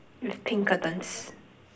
with pink curtains